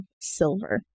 silver